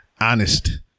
honest